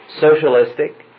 socialistic